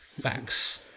Thanks